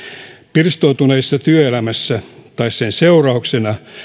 pirstoutuneessa työelämässä tai sen seurauksena